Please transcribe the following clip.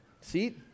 See